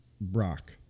Brock